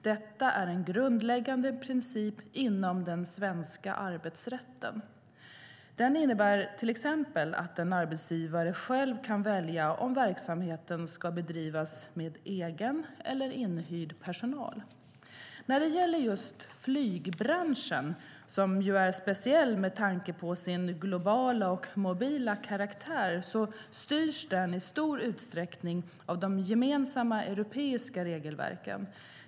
Detta är en grundläggande princip inom den svenska arbetsrätten. Den innebär till exempel att en arbetsgivare själv kan välja om verksamheten ska bedrivas med egen eller inhyrd personal. Just flygbranschen, som ju är speciell med tanke på sin globala och mobila karaktär, styrs i stor utsträckning av de gemensamma europeiska regelverken.